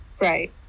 Right